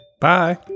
bye